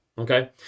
Okay